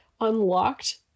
unlocked